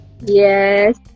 Yes